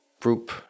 group